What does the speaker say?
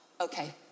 Okay